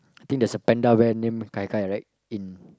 I think there's a panda bear named Kai-Kai right in